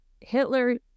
Hitler